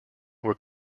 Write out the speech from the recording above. were